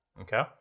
Okay